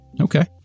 Okay